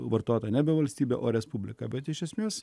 vartota nebe valstybė o respublika bet iš esmės